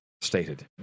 stated